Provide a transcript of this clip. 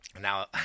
now